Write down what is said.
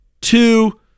Two